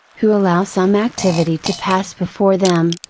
who allow some activity to pass before them,